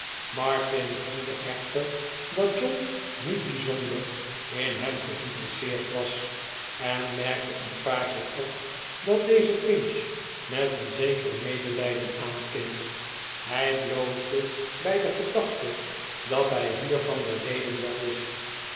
martin voelde echter dat john niet bijzonder in hem geinteresseerd was en merkte een paar keer op dat deze pinch met een zeker medelijden aankeek hij bloosde bij de gedachte dat hij hiervan de reden wel wist